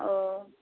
औ